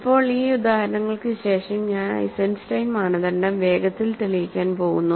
ഇപ്പോൾ ഈ ഉദാഹരണങ്ങൾക്ക് ശേഷം ഞാൻ ഐസൻസ്റ്റൈൻ മാനദണ്ഡം വേഗത്തിൽ തെളിയിക്കാൻ പോകുന്നു